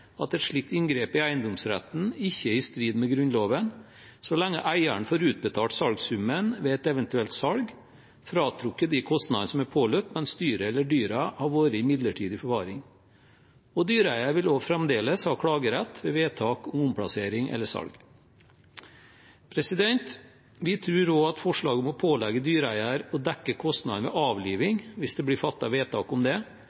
at et slikt inngrep i eiendomsretten ikke er i strid med Grunnloven så lenge eieren får utbetalt salgssummen ved et eventuelt salg, fratrukket de kostnadene som er påløpt mens dyret eller dyrene har vært i midlertidig forvaring. Dyreeieren vil fremdeles ha klagerett ved vedtak om omplassering eller salg. Vi tror også at forslaget om å pålegge dyreeieren å dekke kostnadene med avliving hvis det blir fattet vedtak om det,